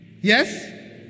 yes